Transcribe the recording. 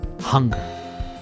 hunger